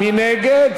מי נגד?